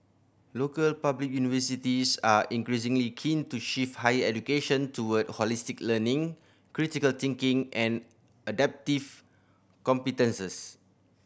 local public universities are increasingly keen to shift higher education toward holistic learning critical thinking and adaptive competences